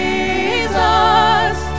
Jesus